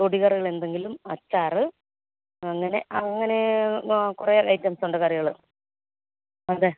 തൊടുകറികൾ എന്തേലും അച്ചാറ് അങ്ങനെ അങ്ങനെ കുറെ ഐറ്റംസുണ്ട് കറികൾ അതെ